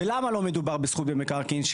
ולמה לא מדובר בזכות במקרקעין,